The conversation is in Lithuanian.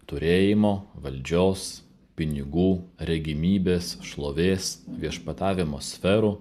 turėjimo valdžios pinigų regimybės šlovės viešpatavimo sferų